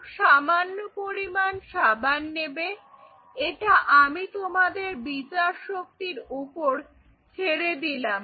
খুব সামান্য পরিমাণ সাবান নেবে এটা আমি তোমাদের বিচার শক্তির উপর ছেড়ে দিলাম